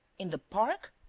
in the park?